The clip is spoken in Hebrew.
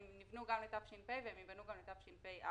הן נבנו גם לתש"ף וייבנו גם לתשפ"א.